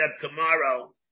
tomorrow